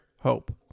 hope